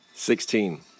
Sixteen